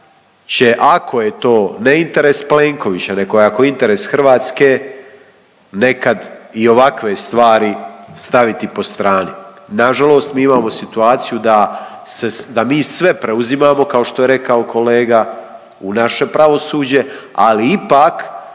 će ako je to ne interes Plenkovića, nego ako je interes Hrvatske, nekad i ovakve stvari staviti po strani. Na žalost mi imamo situaciju da, da mi sve preuzimamo kao što je rekao kolega u naše pravosuđe ali ipak